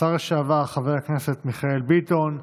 השר לשעבר חבר הכנסת מיכאל ביטון.